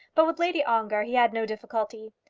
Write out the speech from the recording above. but with lady ongar he had no difficulty.